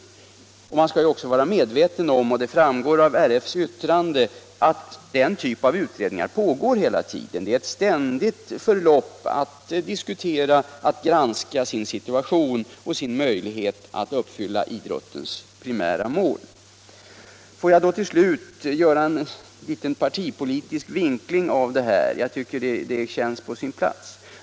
Man skall också vara medveten om — och det framgår av RF:s yttrande — att den typen av utredningsarbete pågår kontinuerligt. Det är ett ständigt förlopp: man diskuterar, granskar sin situation och sin möjlighet att uppfylla idrottens primära mål. Får jag till slut göra en partipolitisk vinkling av det här. Det känns som om den vore på sin plats.